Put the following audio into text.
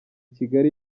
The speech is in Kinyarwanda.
kigali